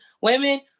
women